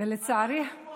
אנחנו רק שישה אנשים.